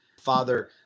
father